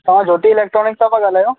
तव्हां ज्योति इलेक्ट्रोनिक्स मां था ॻाल्हायो